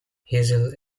hazel